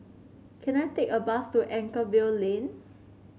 can I take a bus to Anchorvale Lane